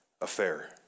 affair